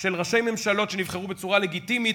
של ראשי ממשלות שנבחרו בצורה לגיטימית